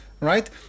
right